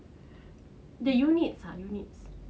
the units ah units